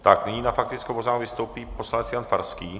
Tak, nyní na faktickou poznámku vystoupí poslanec Jan Farský.